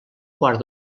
quart